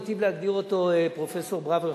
היטיב להגדיר אותו פרופסור ברוורמן,